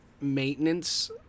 maintenance